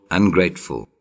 ungrateful